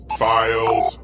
files